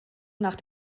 nach